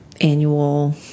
annual